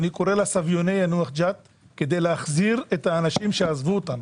וקורא סביוני יאנוח ג'ת כדי להחזיר את האנשים שעזבו אותנו.